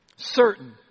certain